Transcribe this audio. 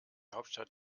hauptstadt